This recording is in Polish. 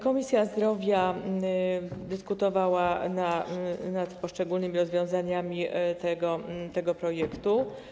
Komisja Zdrowia dyskutowała nad poszczególnymi rozwiązaniami tego projektu.